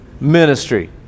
ministry